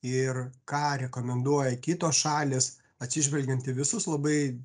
ir ką rekomenduoja kitos šalys atsižvelgiant į visus labai